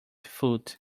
foot